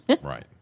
Right